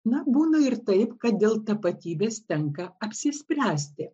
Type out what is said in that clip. na būna ir taip kad dėl tapatybės tenka apsispręsti